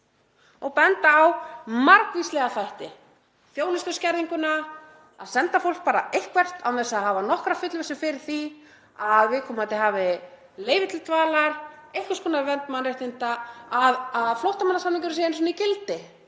og benda á margvíslega þætti; þjónustuskerðinguna, að senda fólk bara eitthvert án þess að hafa nokkra fullvissu fyrir því að viðkomandi hafi leyfi til dvalar, einhvers konar vernd mannréttinda, að flóttamannasamningurinn sé einu sinni í gildi.